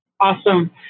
Awesome